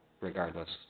regardless